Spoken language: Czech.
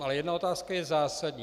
Ale jedna otázka je zásadní.